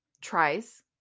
tries